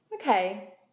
Okay